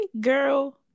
girl